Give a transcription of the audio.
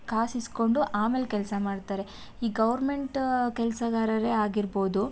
ಕಾಸು ಇಸ್ಕೊಂಡು ಆಮೇಲೆ ಕೆಲಸ ಮಾಡ್ತಾರೆ ಈ ಗೌರ್ಮೆಂಟ ಕೆಲಸಗಾರರೇ ಆಗಿರ್ಬೋದು